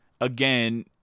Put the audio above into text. again